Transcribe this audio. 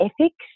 ethics